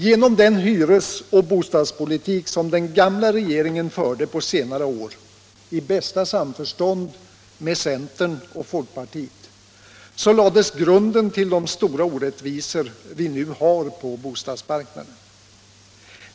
Genom den hyresoch bostadspolitik som den gamla regeringen förde på senare år, i bästa samförstånd med centern och folkpartiet, lades grunden till de stora orättvisor vi nu har på bostadsmarknaden.